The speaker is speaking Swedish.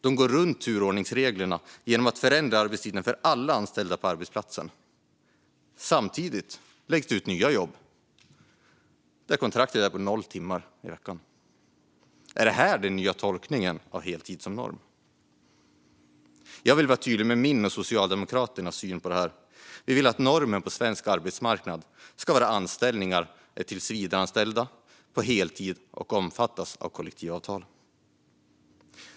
De går runt turordningsreglerna genom att förändra arbetstiden för alla anställda på arbetsplatsen. Samtidigt läggs det ut nya jobb där kontraktet är på noll timmar i veckan. Är det här den nya tolkningen av heltid som norm? Jag vill vara tydlig med min och Socialdemokraternas syn på det här: Vi vill att normen på svensk arbetsmarknad ska vara tillsvidareanställningar på heltid som omfattas av kollektivavtal.